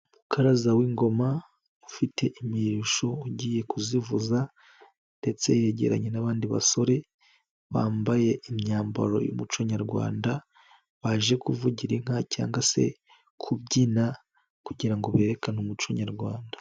Umukaraza w'ingoma ufite imirisho ugiye kuzivuza, ndetse yegeranye n'abandi basore bambaye imyambaro y'umuco Nyarwanda, baje kuvugira inka cyangwa se kubyina kugira ngo berekane umuco Nyarwanda.